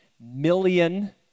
million